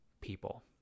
people